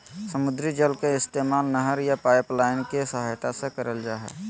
समुद्री जल के इस्तेमाल नहर या पाइपलाइन के सहायता से करल जा हय